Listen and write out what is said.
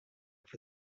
for